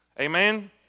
Amen